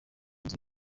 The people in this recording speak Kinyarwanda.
nzu